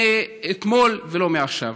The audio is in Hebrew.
מאתמול ולא מעכשיו.